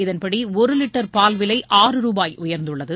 இதன்படி ஒரு லிட்டர் பால் விலை ஆறு ரூபாய் உயர்ந்துள்ளது